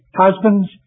Husbands